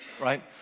right